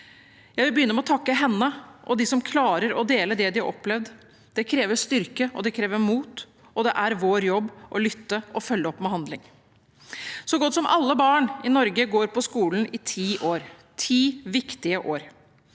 Jeg vil begynne med å takke henne og dem som klarer å dele det de har opplevd. Det krever styrke og mot. Det er vår jobb å lytte og følge opp med handling. Så godt som alle barn i Norge går på skolen i ti år, ti viktige år.